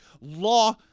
law